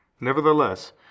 Nevertheless